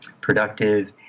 productive